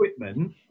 equipment